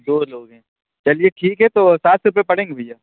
دو لوگ ہیں چلیے ٹھیک ہے تو سات سو روپئے پڑیں گے بھیا